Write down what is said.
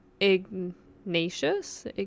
Ignatius